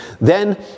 Then